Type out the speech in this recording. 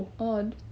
oh